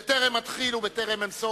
בטרם אתחיל ובטרם אתן